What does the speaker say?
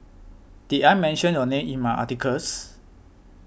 did I mention your name in my articles